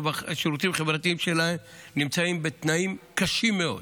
החברתיים שלהן נמצאות בתנאים קשים מאוד.